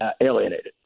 alienated